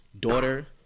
daughter